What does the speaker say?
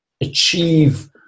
achieve